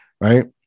right